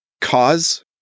cause